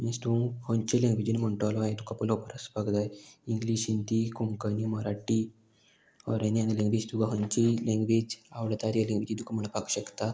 means तूं खंयचे लँग्वेजीन म्हणटलो हें तुका पयलें खोबोर आसपाक जाय English Hindi Konkani Marathi or any other language तुका खंयचीय लँग्वेज आवडटा ती लँग्वेजीन तुका म्हणपाक शकता